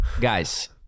Guys